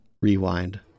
rewind